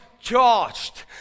charged